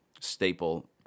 staple